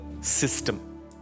system